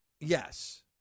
Yes